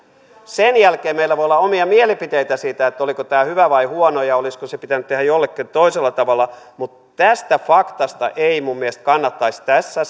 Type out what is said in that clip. sen jälkeen meillä voi olla omia mielipiteitä siitä oliko tämä hyvä vai huono ja olisiko se pitänyt tehdä jollakin toisella tavalla mutta tästä faktasta ei minun mielestäni kannattaisi tässä